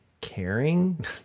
caring